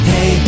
Hey